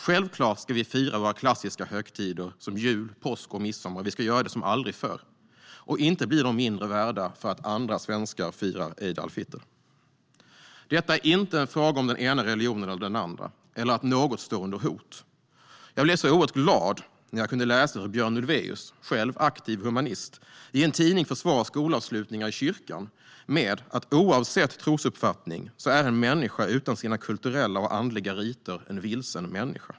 Självklart ska vi fira våra klassiska högtider som jul, påsk och midsommar. Vi ska göra det som aldrig förr. Och inte blir de mindre värda för att andra svenskar firar id al-fitr. Detta är inte en fråga om den ena religionen eller den andra eller om att något står under hot. Jag blev oerhört glad när jag kunde läsa hur Björn Ulvaeus, själv aktiv humanist, i en tidning försvarar skolavslutningar i kyrkan med orden: Oavsett trosuppfattning är en människa utan sina kulturella och andliga riter en vilsen människa.